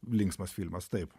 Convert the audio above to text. linksmas filmas taip